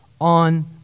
on